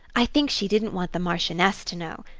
i think she didn't want the marchioness to know.